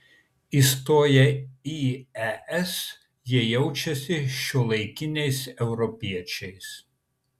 įstoję į es jie jaučiasi šiuolaikiniais europiečiais